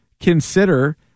consider